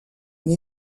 une